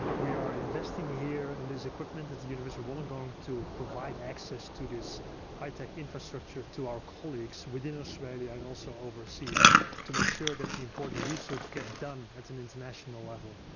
we are investing here in this equipment at the university of wollongong to provide access to this high-tech infrastructure to our colleagues within australia and also overseas to make sure that the important research gets done at an international level.